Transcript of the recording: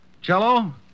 Cello